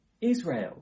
Israel